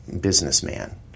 businessman